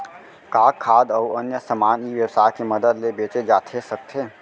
का खाद्य अऊ अन्य समान ई व्यवसाय के मदद ले बेचे जाथे सकथे?